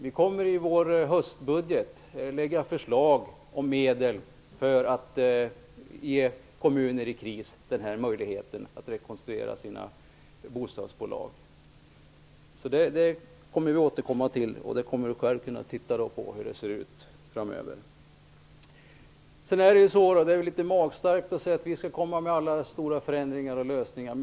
Vi kommer i vår höstbudget att lägga fram förslag om medel för att ge kommuner i kris den här möjligheten att rekonstruera sina bostadsbolag. Det skall vi återkomma till, och hur det ser ut framöver kommer Lennart Nilsson själv att kunna titta på. Det är väl litet magstarkt att säga att vi skall komma med alla stora förändringar och lösningar.